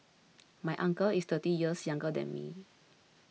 my uncle is thirty years younger than me